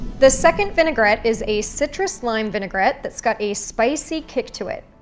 the second vinaigrette is a citrus lime vinaigrette that's got a spicy kick to it.